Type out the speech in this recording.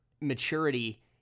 maturity